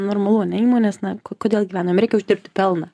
normalu ane įmonės na ko kodėl gyvenam reikia uždirbti pelną